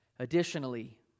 Additionally